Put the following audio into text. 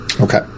Okay